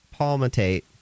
palmitate